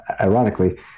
ironically